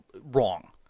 wrong